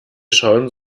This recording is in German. schauen